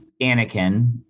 Anakin